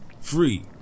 Free